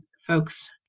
folks